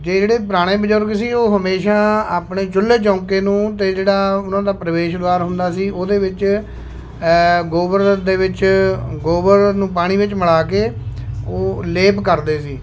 ਜਿਹੜੇ ਪੁਰਾਣੇ ਬਜ਼ੁਰਗ ਸੀ ਉਹ ਹਮੇਸ਼ਾ ਆਪਣੇ ਚੁੱਲੇ ਚੌਂਕੇ ਨੂੰ ਅਤੇ ਜਿਹੜਾ ਉਹਨਾਂ ਦਾ ਪ੍ਰਵੇਸ਼ ਦੁਆਰ ਹੁੰਦਾ ਸੀ ਉਹਦੇ ਵਿੱਚ ਗੋਬਰ ਦੇ ਵਿੱਚ ਗੋਬਰ ਨੂੰ ਪਾਣੀ ਵਿੱਚ ਮਿਲਾ ਕੇ ਉਹ ਲੇਪ ਕਰਦੇ ਸੀ